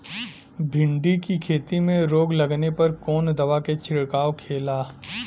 भिंडी की खेती में रोग लगने पर कौन दवा के छिड़काव खेला?